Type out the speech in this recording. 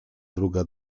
druga